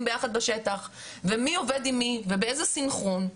ביחד בשטח ומי עובד עם מי ובאיזה סנכרון,